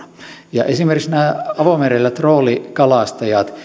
esimerkiksi avomerellä troolikalastajilla